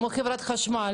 כמו חברת חשמל,